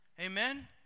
amen